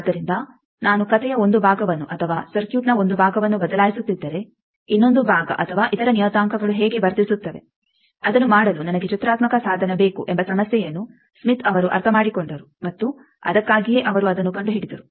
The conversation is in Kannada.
ಆದ್ದರಿಂದ ನಾನು ಕಥೆಯ ಒಂದು ಭಾಗವನ್ನು ಅಥವಾ ಸರ್ಕ್ಯೂಟ್ನ ಒಂದು ಭಾಗವನ್ನು ಬದಲಾಯಿಸುತ್ತಿದ್ದರೆ ಇನ್ನೊಂದು ಭಾಗ ಅಥವಾ ಇತರ ನಿಯತಾಂಕಗಳು ಹೇಗೆ ವರ್ತಿಸುತ್ತವೆ ಅದನ್ನು ಮಾಡಲು ನನಗೆ ಚಿತ್ರಾತ್ಮಕ ಸಾಧನ ಬೇಕು ಎಂಬ ಸಮಸ್ಯೆಯನ್ನು ಸ್ಮಿತ್ ಅವರು ಅರ್ಥಮಾಡಿಕೊಂಡರು ಮತ್ತು ಅದಕ್ಕಾಗಿಯೇ ಅವರು ಅದನ್ನು ಕಂಡುಹಿಡಿದರು